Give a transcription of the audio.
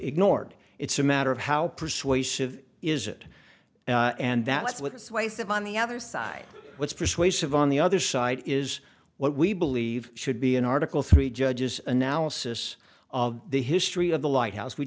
ignored it's a matter of how persuasive is it and that's what's wasted on the other side what's persuasive on the other side is what we believe should be an article three judges analysis of the history of the lighthouse we